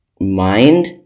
mind